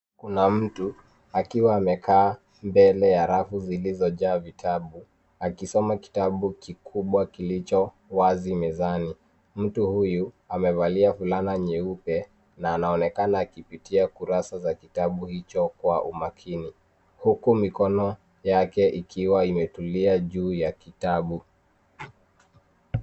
Kuna mtu amekaa mbele ya rafu zilizo na vitabu. Anasoma kitabu kikubwa kilicho mezani. Mtu huyu amevaa kulana jeupe na anaonekana akipitia kurasa za kitabu hicho kwa umakini, huku mikono yake ikiwa imetulia juu ya kitabu.